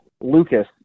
Lucas